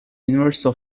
university